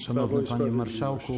Szanowny Panie Marszałku!